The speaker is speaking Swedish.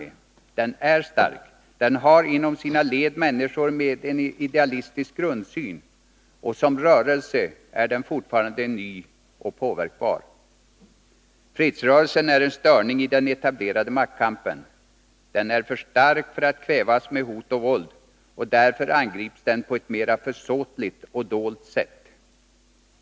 Den är stark — den har inom sina led människor med idealistisk grundsyn, och som rörelse är den fortfarande ny och påverkbar. Fredsrörelsen är en störning i den etablerade maktkampen; den är för stark för att kvävas med hot och våld, och därför angrips den på ett mera försåtligt och dolt sätt.